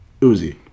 Uzi